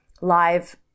live